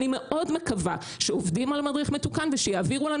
אני מאוד מקווה שעובדים על מדריך מתוקן ושיעבירו לנו